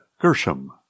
Gershom